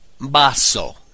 Basso